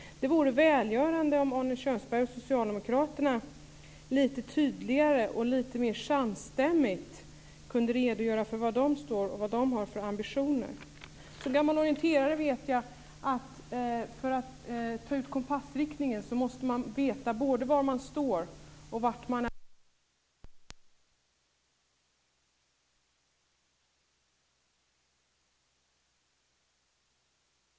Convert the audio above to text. Det vore välgörande om Arne Kjörnsberg och socialdemokraterna lite tydligare och lite mer samstämmigt kunde redogöra för var de står och vad de har för ambitioner. Som orienterare sedan gammalt vet jag att för att ta ut kompassriktningen måste man veta både var man står och vart man är på väg. Jag tror att detta gäller även på skattepolitikens område och när det gäller kompromisser i skattesamtal.